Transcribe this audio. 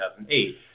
2008